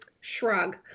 shrug